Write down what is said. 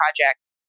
projects